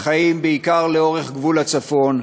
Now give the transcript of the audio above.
שחיים בעיקר לאורך גבול הצפון,